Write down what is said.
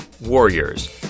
Warriors